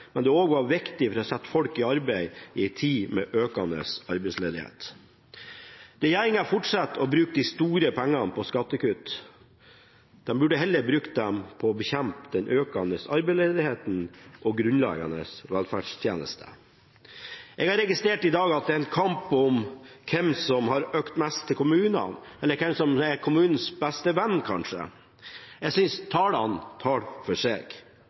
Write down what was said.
men det vil også være viktig for å sette folk i arbeid i en tid med økende arbeidsledighet. Regjeringen fortsetter å bruke store pengesummer på skattekutt. De burde heller bruke dem på å bekjempe den økende arbeidsledigheten og til grunnleggende velferdstjenester. Jeg har registrert i dag at det er en kamp om hvem som har gitt mest til kommunene, eller hvem som kanskje er kommunens beste venn. Jeg synes tallene taler for seg.